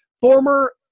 former